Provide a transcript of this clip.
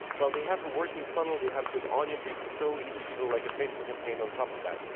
well they have a working funnel, they have good audiences, it's so easy to build like a facebook campaign on top of that.